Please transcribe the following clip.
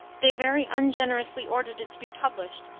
they very ungenerously ordered it to be published,